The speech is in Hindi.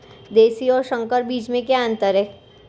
देशी और संकर बीज में क्या अंतर है?